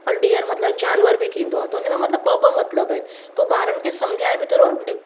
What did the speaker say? ऐं डियर मतिलबु जानवर बि थींदो आहे त हुन में मतिलबु ॿ ॿ मतिलबु आहिनि त ॿारनि खे सम्झाइणु बि थोरो